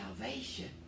salvation